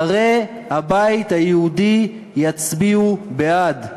שרי הבית היהודי יצביעו בעד.